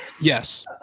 Yes